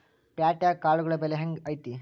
ಪ್ಯಾಟ್ಯಾಗ್ ಕಾಳುಗಳ ಬೆಲೆ ಹೆಂಗ್ ಐತಿ?